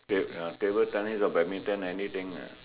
ta~ ya table tennis or badminton anything lah